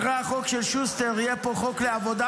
אחרי החוק של שוסטר יהיה פה חוק לעבודה